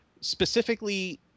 specifically